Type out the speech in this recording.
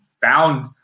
found